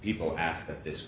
people ask that this